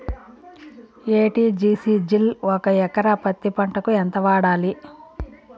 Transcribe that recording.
ఎ.టి.జి.సి జిల్ ఒక ఎకరా పత్తి పంటకు ఎంత వాడాలి?